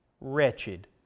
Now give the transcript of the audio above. wretched